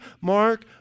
Mark